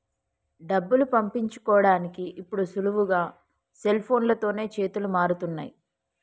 డబ్బులు పంపించుకోడానికి ఇప్పుడు సులువుగా సెల్ఫోన్లతోనే చేతులు మారుతున్నయ్